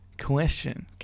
question